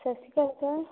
ਸਤਿ ਸ਼੍ਰੀ ਅਕਾਲ ਸਰ